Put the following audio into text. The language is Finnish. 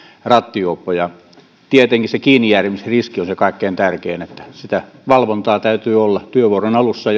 rattijuoppoja tietenkin se kiinnijäämisriski on se kaikkein tärkein niin että sitä valvontaa täytyy olla työvuoron alussa